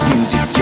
Music